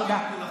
תודה.